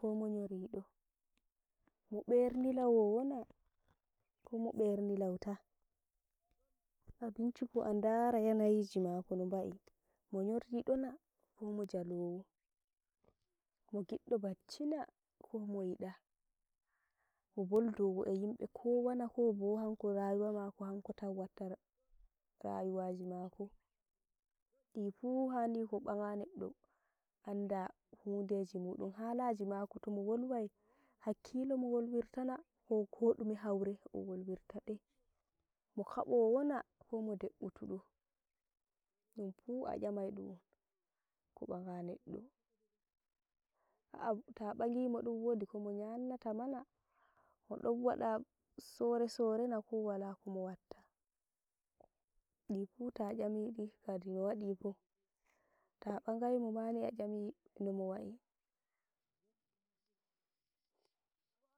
Ko mo nyoriɗo? Mo ɓernilawo wo na? ko mo benilauta? a bincike a ndara yanayi ji mako no ba'i mo nyori ɗo na? ko mo jalowo? mo giɗɗo bacci na? ko mo yiɗa? Mo boldowo e yimɓe kowa na? ko bo hanko rayuwa mako hanko tan watta ra- rayuwaji mako? difu hani ko ɓaga neɗɗo anda hudeji muɗum, halaji mako tomo wolwai, hakkilo mo wolwirta na? no ko koɗume haure O wolwiri ta ɗe? Mo kaɓowo na? ko mo de'utudo? dunfu a 'yamai ɗumu ko ɓaga neɗɗo, a'ah ta ɓagimo ɗum wodi komo nyamnata ma na? modon waɗa sore sore na? ko wala komo watta? ɗifu ta 'yami ɗi kadi no waɗi fu ta ɓaagai mo mani ya 'yami nomo wa'i